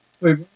Wait